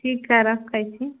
ठीक हइ रखै छी